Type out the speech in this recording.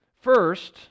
first